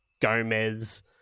Gomez